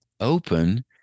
open